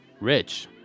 rich